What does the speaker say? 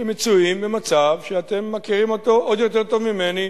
שמצויים במצב, אתם מכירים אותו עוד יותר טוב ממני,